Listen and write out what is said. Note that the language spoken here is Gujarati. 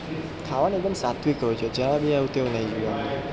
ખાવાનું એકદમ સાત્વિક હોય છે જરા બી એવું તેવું નહીં જોઇએ અમને